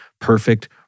perfect